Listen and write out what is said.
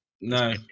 no